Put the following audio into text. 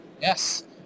Yes